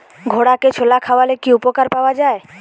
ঘোড়াকে ছোলা খাওয়ালে কি উপকার পাওয়া যায়?